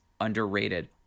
underrated